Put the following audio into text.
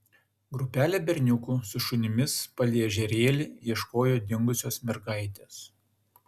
grupelė berniukų su šunimis palei ežerėlį ieškojo dingusios mergaitės